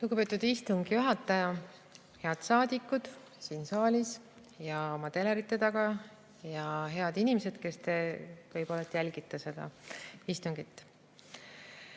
Lugupeetud istungi juhataja! Head saadikud siin saalis ja oma telerite taga! Head inimesed, kes te jälgite seda istungit!